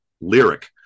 lyric